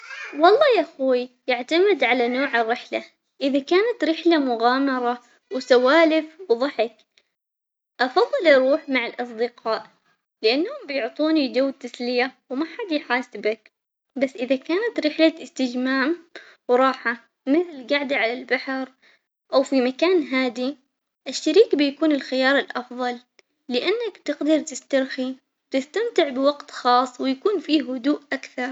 والله يخوي يعتمد على نوع الرحلة إذا كانت رحلة مغامرة وسوالف وضحك أفضل أروح مع الأصدقاء، لأنهم بيعطوني جو تسلية وما حد يحاسبك، بس إذا كانت رحلت استجمام وراحة مثل القعدة على البحر او في مكان هادي الشريك بيكون الخيار الأفضل لأن تقدر تسترخي وتستمتع بوقت خاص ويكون فيه هدوء أكثر.